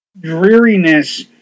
dreariness